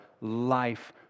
life